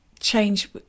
change